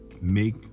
make